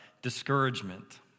discouragement